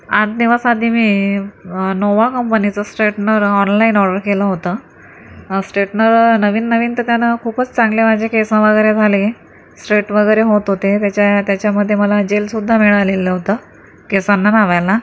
आठ दिवस आधी मी नोव्हा कंपनीचं स्ट्रेटनर ऑनलाइन ऑर्डर केलं होतं स्ट्रेटनर नवीन नवीन तर त्यानं खूपच चांगलं माझे केस वगैरे झाले स्ट्रेट वगैरे होत होते त्याच्या त्याच्यामध्ये मला जेलसुद्धा मिळालेलं होतं केसांना लावायला